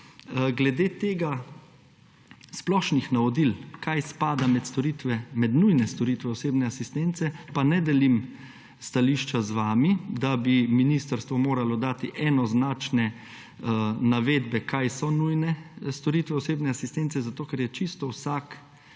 Glede splošnih navodil, kaj spada med nujne storitve osebne asistence, pa ne delim stališča z vami, da bi ministrstvo moralo dati enoznačne navedbe, kaj so nujne storitve osebne asistence, ker je čisto vsak